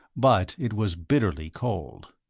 but it was bitterly cold.